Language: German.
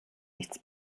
nichts